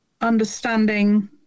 understanding